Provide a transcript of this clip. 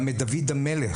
גם את דוד המלך,